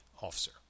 officer